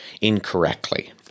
incorrectly